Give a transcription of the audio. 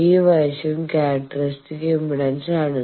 ഈ വശം characteristic impedance ആണ്